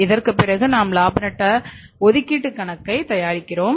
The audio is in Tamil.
இதற்குப் பிறகு நாம் லாப நஷ்ட ஒதுக்கீட்டுக் கணக்கைத் தயாரிக்கிறோம்